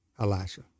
Elisha